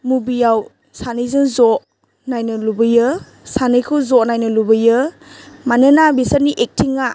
मुभियाव सानैजों ज' नायनो लुबैयो सानैखौ ज' नायनो लुबैयो मानोना बिसोरनि एक्टिंआ